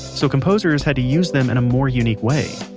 so composers had to use them in a more unique ways.